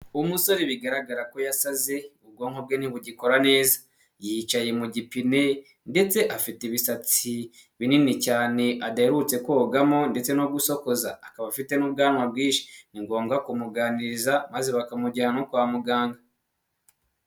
Umusore bigaragara ko yasaze ubwonko bwe ntibugikora neza, yicaye mu gipine ndetse afite ibisatsi binini cyane adaherutse kogamo, ndetse no gusokoza akaba afite n'ubwanwa bwinshi, ni ngombwa kumuganiriza maze bakamujyana no kwa muganga.